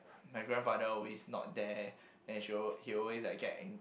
my grandfather always not there then she will he will always get ang~